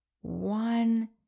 one